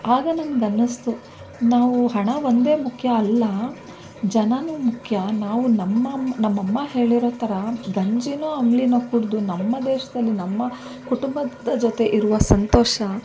ಆಗ ನನ್ಗೆ ಅನ್ನಿಸ್ತು ನಾವು ಹಣ ಒಂದೇ ಮುಖ್ಯ ಅಲ್ಲ ಜನನೂ ಮುಖ್ಯ ನಾವು ನಮ್ಮ ನಮ್ಮಮ್ಮ ಹೇಳಿರೋ ಥರ ಗಂಜಿನೋ ಅಂಬಲಿನೋ ಕುಡಿದು ನಮ್ಮ ದೇಶದಲ್ಲಿ ನಮ್ಮ ಕುಟುಂಬದ ಜೊತೆ ಇರುವ ಸಂತೋಷ